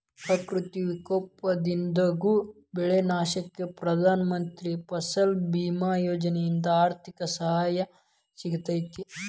ಪ್ರಕೃತಿ ವಿಕೋಪದಿಂದಾಗೋ ಬೆಳಿ ನಾಶಕ್ಕ ಪ್ರಧಾನ ಮಂತ್ರಿ ಫಸಲ್ ಬಿಮಾ ಯೋಜನೆಯಿಂದ ಆರ್ಥಿಕ ಸಹಾಯ ಸಿಗತೇತಿ